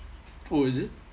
oh is it